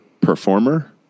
performer